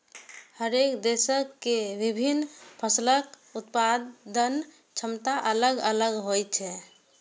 हरेक देशक के विभिन्न फसलक उत्पादन क्षमता अलग अलग होइ छै